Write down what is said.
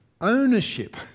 ownership